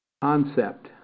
concept